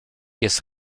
jest